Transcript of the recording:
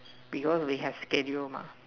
because we have schedule mah